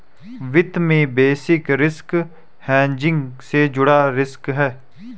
वित्त में basis risk hedging से जुड़ा रिस्क है